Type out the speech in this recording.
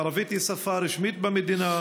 הערבית היא שפה רשמית במדינה,